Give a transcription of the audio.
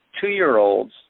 two-year-olds